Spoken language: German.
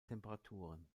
temperaturen